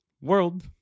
world